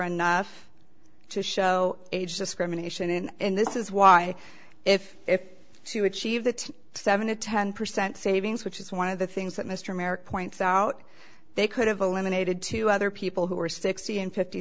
and to show age discrimination and this is why if if to achieve that seven to ten percent savings which is one of the things that mr merrick points out they could have eliminated two other people who are sixty and fifty